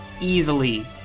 easily